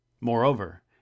Moreover